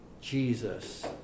Jesus